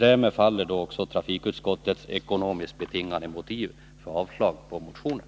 Därmed faller trafikutskottets ekonomiskt betingade motiv för avslag på motionen.